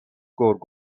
گرگ